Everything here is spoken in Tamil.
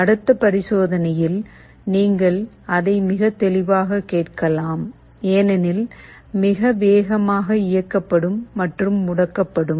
அடுத்த பரிசோதனையில் நீங்கள் அதை மிகத் தெளிவாகக் கேட்கலாம் ஏனெனில் மிக வேகமாக இயக்கப்படும் மற்றும் முடக்கப்படும்